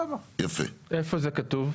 איפה זה כתוב?